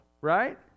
right